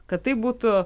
kad tai būtų